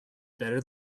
better